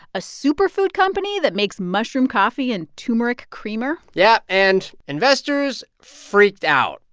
a superfood company that makes mushroom coffee and turmeric creamer yeah, and investors freaked out.